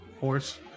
Horse